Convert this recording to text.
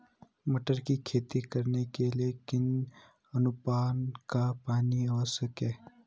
टमाटर की खेती करने के लिए कितने अनुपात का पानी आवश्यक है?